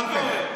יכולתם,